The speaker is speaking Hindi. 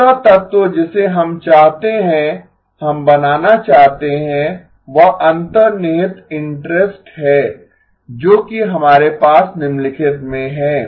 दूसरा तत्व जिसे हम चाहते हैं हम बनाना चाहते हैं वह अंतर्निहित इंटरेस्ट है जोकि हमारे पास निम्नलिखित में है